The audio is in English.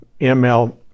ml